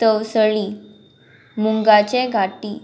तवसळी मुंगाचे घाटी